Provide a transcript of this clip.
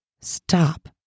Stop